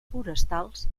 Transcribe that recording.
forestals